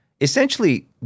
essentially